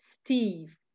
Steve